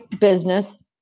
business